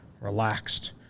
relaxed